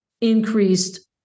increased